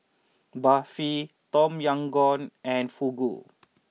Barfi Tom Yam Goong and Fugu